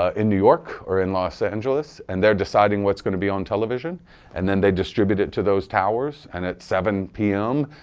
ah in new york or in los angeles and they're deciding what's going to be on television and then they distribute it to those towers. and at seven zero p m.